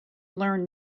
learn